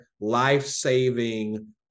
life-saving